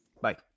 Bye